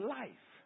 life